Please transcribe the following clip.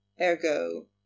ergo